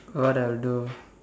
what I'll do